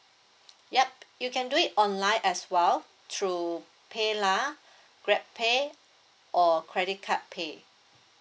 yup you can do it online as well through PayLah GrabPay or credit card pay